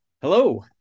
Hello